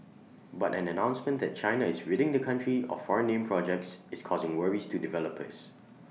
but an announcement that China is ridding the country of foreign name projects is causing worries to developers